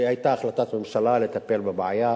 ממשלה לטפל בבעיה,